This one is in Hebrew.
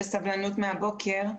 מחכה בסבלנות מהבוקר.